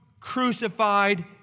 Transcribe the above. crucified